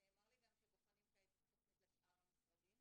נאמר לי גם שבוחנים כעת את התוכנית לשאר המשרדים.